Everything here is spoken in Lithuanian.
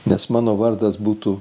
nes mano vardas būtų